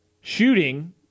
Shooting